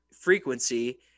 frequency